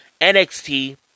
NXT